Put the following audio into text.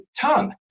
tongue